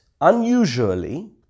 unusually